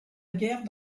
guerre